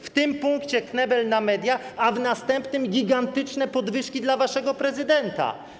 W tym punkcie knebel na media, a w następnym - gigantyczne podwyżki dla waszego prezydenta.